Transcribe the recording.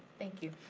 thank you.